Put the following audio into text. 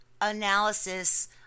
Analysis